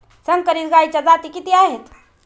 संकरित गायीच्या जाती किती आहेत?